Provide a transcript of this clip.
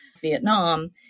Vietnam